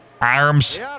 arms